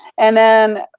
and then